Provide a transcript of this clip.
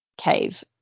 cave